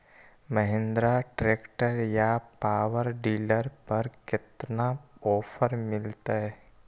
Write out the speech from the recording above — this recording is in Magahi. महिन्द्रा ट्रैक्टर या पाबर डीलर पर कितना ओफर मीलेतय?